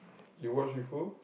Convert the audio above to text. you watch with who